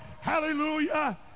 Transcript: Hallelujah